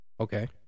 Okay